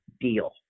deal